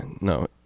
no